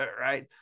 right